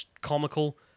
comical